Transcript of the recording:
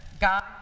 God